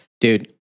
Dude